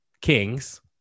kings